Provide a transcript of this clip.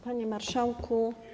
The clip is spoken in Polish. Panie Marszałku!